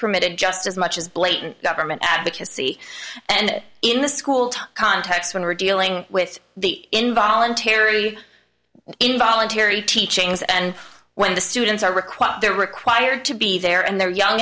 permitted just as much as blatant government advocacy and in the school context when we're dealing with the involuntary involuntary teachings and when the students are required they're required to be there and they're young